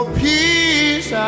peace